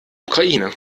ukraine